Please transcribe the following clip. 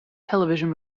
television